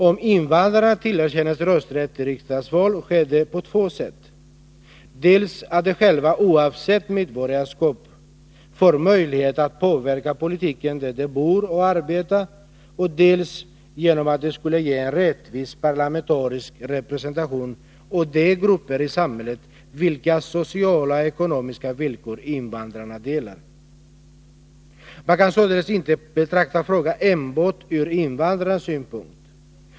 Om invandrarna tillerkänns rösträtt till riksdagsval sker det på två sätt, dels genom att de själva, oavsett medborgarskap, får möjlighet att påverka politiken där de bor och arbetar, dels genom att det skulle ge en rättvis parlamentarisk representation åt de grupper i samhället vilkas sociala och ekonomiska villkor invandrarna delar. Man kan således inte betrakta frågan enbart ur invandrarnas synpunkt.